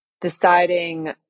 deciding